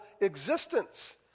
existence